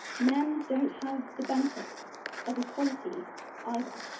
men don't have the benefits of equality either.